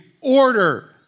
order